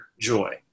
joy